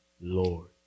Lord